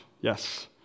Yes